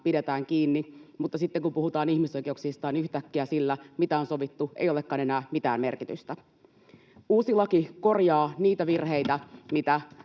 pidetään kiinni, mutta sitten kun puhutaan ihmisoikeuksista, yhtäkkiä sillä, mitä on sovittu, ei olekaan enää mitään merkitystä? Uusi laki korjaa niitä virheitä, mitä